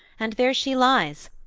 and there she lies,